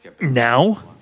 Now